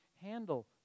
handle